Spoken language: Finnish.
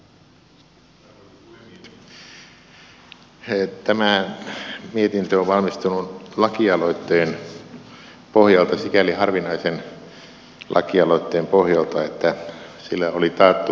tämä mietintö on valmistunut lakialoitteen pohjalta sikäli harvinaisen lakialoitteen pohjalta että sillä oli taattu läpimeno